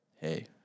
hey